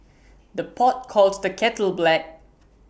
the pot calls the kettle black